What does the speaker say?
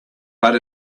but